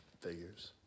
Figures